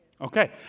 Okay